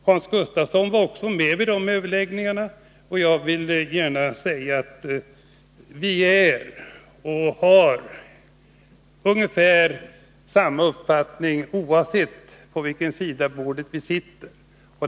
Hans Gustafsson var också med vid de överläggningarna, och jag vill gärna säga att vi har ungefär samma uppfattning, oavsett på vilken sida om bordet vi sitter.